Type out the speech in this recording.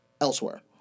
elsewhere